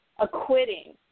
acquitting